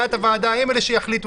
ומליאת הוועדה הם אלה שיחליטו.